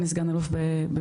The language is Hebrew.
אני סגן אלוף במילואים,